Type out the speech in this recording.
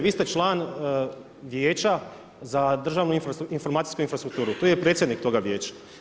Vi ste član Vijeća za državnu informacijsku infrastrukturu, tu je i predsjednik toga Vijeća.